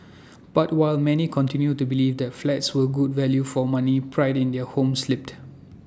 but while many continued to believe that flats were good value for money pride in their homes slipped